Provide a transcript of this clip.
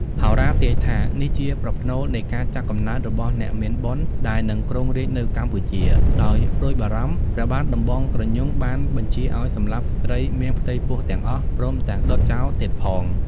ហោរាទាយថា នេះជាប្រផ្នូលនៃការចាប់កំណើតរបស់អ្នកមានបុណ្យ ដែលនឹងគ្រងរាជ្យនៅកម្ពុជា ដោយព្រួយបារម្ភ ព្រះបាទដំបងក្រញូងបានបញ្ជាឱ្យសម្លាប់ស្ត្រីមានផ្ទៃពោះទាំងអស់ ព្រមទាំងដុតចោលទៀតផង។